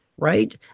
Right